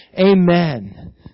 amen